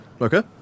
Okay